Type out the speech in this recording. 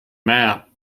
map